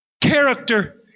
Character